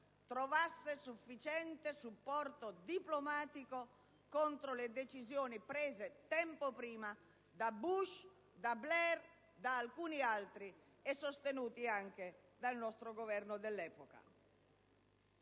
trovasse sufficiente supporto diplomatico contro le decisioni prese tempo prima da Bush, da Blair, da altri e sostenute anche dal nostro Governo dell'epoca.